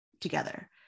together